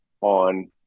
on